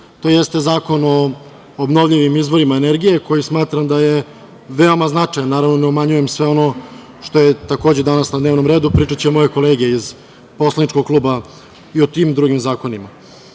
tj. Zakon o obnovljivim izvorima energije koji smatram da je veoma značajan. Naravno, ne umanjujem sve ono što je takođe danas na dnevnom redu. Pričaće moje kolege iz poslaničkog kluba i o tim drugim zakonima. Ono